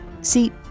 See